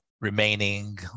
remaining